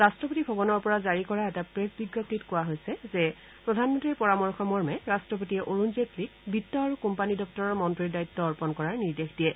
ৰাট্টপতি ভৱনৰ পৰা জাৰি কৰা এটা প্ৰেছ বিজ্ঞপ্তিত কোৱা হৈছে যে প্ৰধানমন্ত্ৰীৰ পৰামৰ্শ মৰ্মে ৰাট্টপতিয়ে অৰুণ জেটলীক বিত্ত আৰু কোম্পানী দপ্তৰৰ মন্ত্ৰী দায়িত্ব অৰ্পণ কৰা নিৰ্দেশ দিয়ে